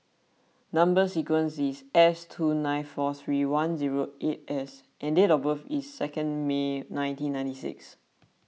Number Sequence is S two nine four three one zero eight S and date of birth is second May nineteen ninety six